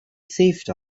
saved